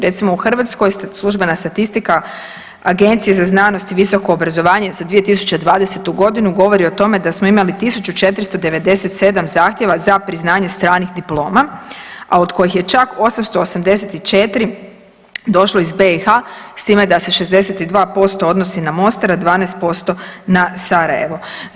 Recimo u Hrvatskoj službena statistika Agencije za znanost i visoko obrazovanje za 2020.g. govori o tome da smo imali 1497 zahtjeva za priznanje stranih diploma a od kojih je čak 884 došlo iz BiH s time da se 62% odnosi na Mostar, a 12% na Sarajevo.